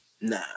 Nah